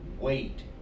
wait